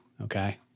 Okay